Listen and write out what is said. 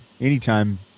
anytime